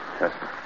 Yes